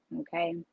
okay